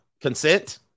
consent